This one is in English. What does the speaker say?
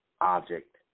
object